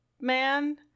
man